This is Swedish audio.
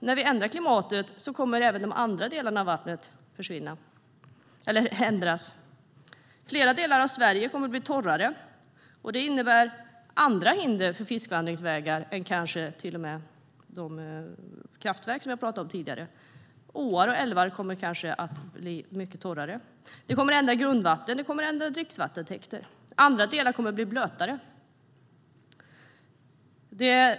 När vi ändrar klimatet kommer även de andra delarna i vattnet att ändras. Flera delar av Sverige kommer att bli torrare. Det innebär andra hinder för fiskvandringsvägar än de kraftverk som vi har talat om tidigare. Åar och älvar kommer kanske att bli mycket torrare. Det kommer att ändra grundvatten, och det kommer att ändra dricksvattentäkter. Andra delar kommer att bli blötare.